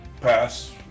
pass